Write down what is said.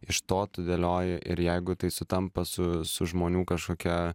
iš to tu dėlioji ir jeigu tai sutampa su su žmonių kažkokia